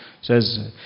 says